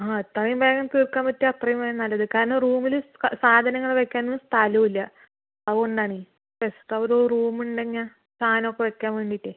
ആ എത്രയും വേഗം തീർക്കാൻ പറ്റുമോ അത്രയും വേഗം നല്ലത് കാരണം റൂമിൽ സാധനങ്ങൾ വെക്കാൻ ഒന്നും സ്ഥലം ഇല്ല അതുകൊണ്ട് ആണേ എക്സ്ട്രാ ഒരു റൂം ഉണ്ടെങ്കിൽ സാധനം ഒക്കെ വെക്കാൻ വേണ്ടിയിട്ട്